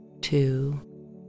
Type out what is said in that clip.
two